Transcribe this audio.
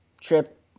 trip